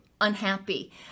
unhappy